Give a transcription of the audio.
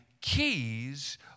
keys